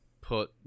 put